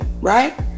right